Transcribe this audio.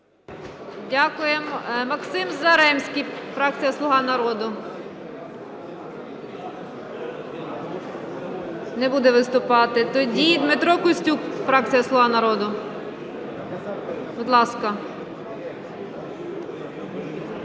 Дякуємо. Максим Заремський, фракція "Слуга народу". Не буде виступати. Тоді Дмитро Костюк, фракція "Слуга народу", будь ласка.